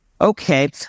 Okay